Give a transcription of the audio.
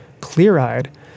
clear-eyed